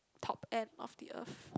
top end of the Earth